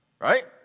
Right